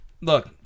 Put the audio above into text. Look